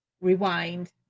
rewind